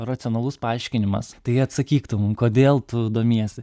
racionalus paaiškinimas tai atsakyk tu mum kodėl tu domiesi